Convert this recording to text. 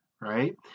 right